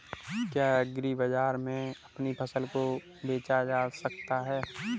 क्या एग्रीबाजार में अपनी फसल को बेचा जा सकता है?